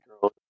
Girl